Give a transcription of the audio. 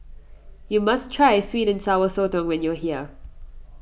you must try Sweet and Sour Sotong when you are here